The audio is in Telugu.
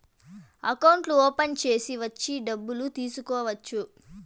అకౌంట్లు ఓపెన్ చేసి వచ్చి డబ్బులు తీసుకోవచ్చు